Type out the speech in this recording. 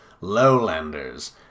lowlanders